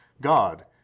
God